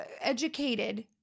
educated